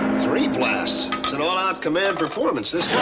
three blasts. it's an all-out command performance this time.